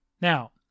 Now